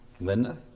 Linda